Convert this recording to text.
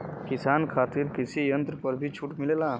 किसान खातिर कृषि यंत्र पर भी छूट मिलेला?